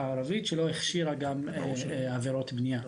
הערבית שלא הכשירה גם עבירות בנייה.